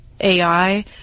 AI